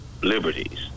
liberties